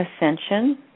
ascension